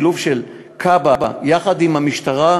השילוב של כב"ה והמשטרה,